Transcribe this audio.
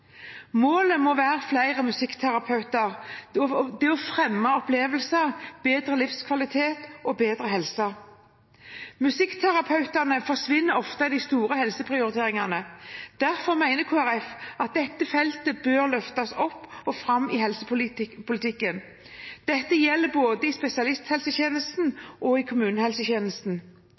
Målet må være flere musikkterapeuter for å fremme opplevelser, få bedre livskvalitet og bedre helse. Musikkterapeutene forsvinner ofte i de store helseprioriteringene, og derfor mener Kristelig Folkeparti at dette feltet bør løftes opp og fram i helsepolitikken. Dette gjelder både i spesialisthelsetjenesten og i kommunehelsetjenesten.